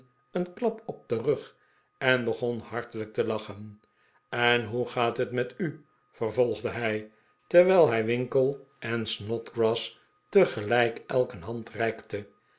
een klap op den rug en begon hartelijk te lachen en hoe gaat het met u vervolgde hij terwijl hij winkle en snodgrass tegelijk elk een